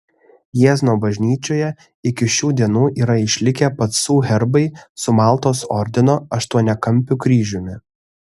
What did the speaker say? jiezno bažnyčioje iki šių dienų yra išlikę pacų herbai su maltos ordino aštuoniakampiu kryžiumi